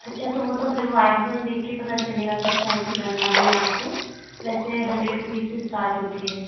अच्छा तो वह तो फिर बाद में देख कर पता चलेगा किस टाइप की बनवानी है आपको वैसे हंड्रेड रूपीज़ से स्टार्ट होती है